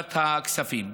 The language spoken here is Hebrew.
בוועדת הכספים.